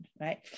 right